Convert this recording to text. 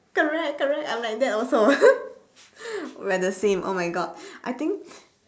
correct correct I'm like that also we're the same oh my god I think